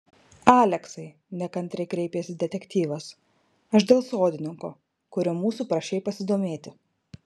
aleksai nekantriai kreipėsi detektyvas aš dėl sodininko kuriuo mūsų prašei pasidomėti